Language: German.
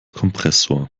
kompressor